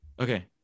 Okay